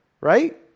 right